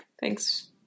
Thanks